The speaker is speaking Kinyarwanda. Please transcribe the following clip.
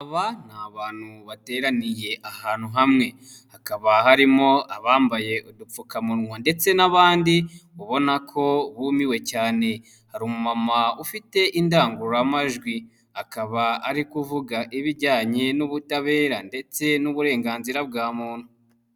Aba ni abantu bateraniye ahantu hamwe hakaba harimo abambaye udupfukamunwa ndetse n'abandi ubona ko bumiwe cyane, hari umumama ufite indangururamajwi akaba ari kuvuga ibijyanye n'ubutabera ndetse n'uburenganzira bwa muntu.